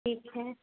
ठीक है